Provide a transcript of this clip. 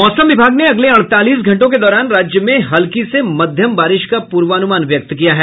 मौसम विभाग ने अगले अड़तालीस घंटों के दौरान राज्य में हल्की से मध्यम बारिश का पूर्वानुमान व्यक्त किया है